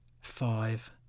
five